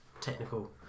technical